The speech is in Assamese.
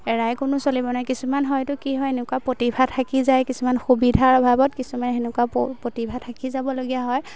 এৰাই কোনো চলিব নোৱাৰে কিছুমান হয়তো কি হয় এনেকুৱা প্ৰতিভা থাকি যায় কিছুমান সুবিধাৰ অভাৱত কিছুমান সেনেকুৱা প্ৰতিভা থাকি যাবলগীয়া হয়